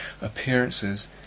Appearances